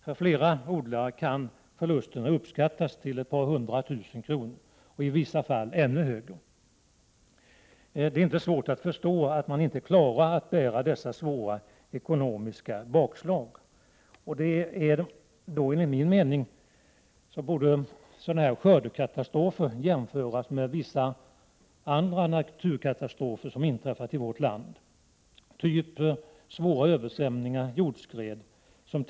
För flera odlare kan förlusterna uppskattas till ett par hundra tusen kronor, och i vissa fall ännu mer. Det är inte svårt att förstå att odlarna inte klarar av att bära dessa svåra ekonomiska bakslag. Enligt min mening borde sådana skördekatastrofer jämföras med vissa andra naturkatastrofer som inträffat i vårt land, t.ex. svåra översvämningar och jordskred.